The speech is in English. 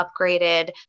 upgraded